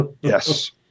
yes